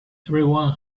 everyone